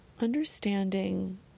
Understanding